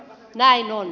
näin on